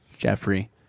Jeffrey